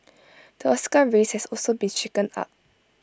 the Oscar race has also been shaken up